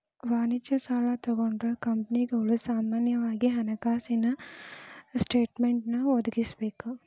ವಾಣಿಜ್ಯ ಸಾಲಾ ತಗೊಂಡ್ರ ಕಂಪನಿಗಳು ಸಾಮಾನ್ಯವಾಗಿ ಹಣಕಾಸಿನ ಸ್ಟೇಟ್ಮೆನ್ಟ್ ಒದಗಿಸಬೇಕ